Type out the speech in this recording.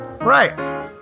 Right